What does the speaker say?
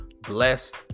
blessed